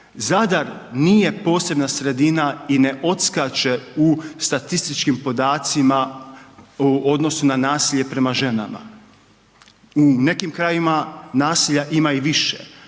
Zadar nije posebna sredina i ne odskače u statističkim podacima u odnosu na nasilje prema ženama. U nekim krajevima nasilja ima i više,